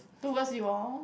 towards you all